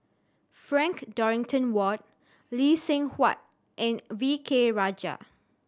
Frank Dorrington Ward Lee Seng Huat and V K Rajah